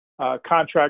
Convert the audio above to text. Contract